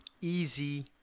easy